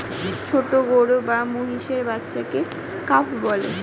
ছোট গরু বা মহিষের বাচ্চাকে কাফ বলে